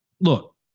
look